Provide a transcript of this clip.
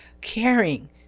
caring